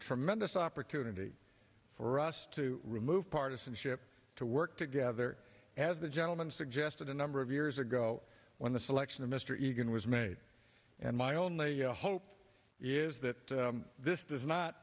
tremendous opportunity for us to remove partisanship to work together as the gentleman suggested a number of years ago when the selection of mr reagan was made and my only hope is that this does not